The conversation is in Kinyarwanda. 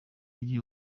mujyi